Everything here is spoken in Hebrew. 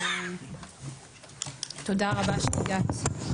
תודה רבה שהגעת.